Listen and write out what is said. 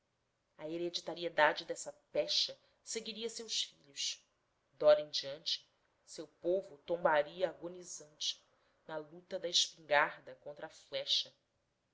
a hereditariedade dessa pecha seguiria seus filhos dora em diante seu povo tombaria agonizante na luta da espingarda contra a flecha